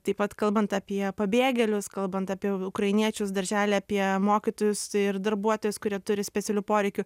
taip pat kalbant apie pabėgėlius kalbant apie ukrainiečius daržely apie mokytojus ir darbuotojus kurie turi specialių poreikių